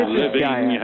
living